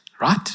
right